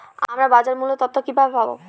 আমরা বাজার মূল্য তথ্য কিবাবে পাবো?